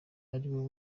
ariwe